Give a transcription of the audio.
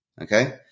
Okay